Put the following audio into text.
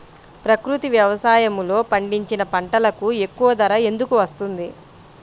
ప్రకృతి వ్యవసాయములో పండించిన పంటలకు ఎక్కువ ధర ఎందుకు వస్తుంది?